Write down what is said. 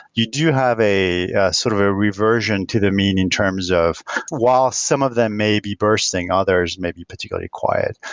you do have a sort of a reversion to the mean in terms of while some of them may be bursting, others maybe particularly quiet,